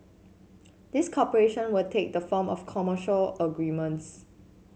this cooperation will take the form of commercial agreements